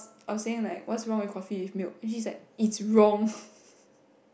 I was saying like what's wrong with coffee with milk then she's like it's wrong